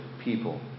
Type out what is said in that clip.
people